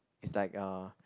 is like uh